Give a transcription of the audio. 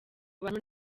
bantu